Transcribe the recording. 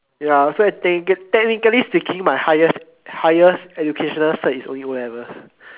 ya so I thinking my technically speaking my highest highest educational cert is only O-levels